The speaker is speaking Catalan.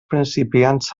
principiants